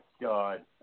god